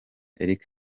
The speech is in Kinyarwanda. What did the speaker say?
eric